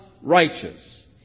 righteous